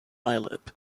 islip